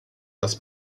das